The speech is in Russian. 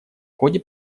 ходе